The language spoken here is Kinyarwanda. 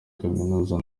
kaminuza